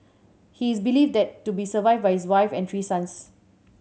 he is believed that to be survived by his wife and three sons